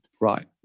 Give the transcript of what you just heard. Right